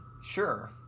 sure